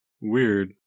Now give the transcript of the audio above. Weird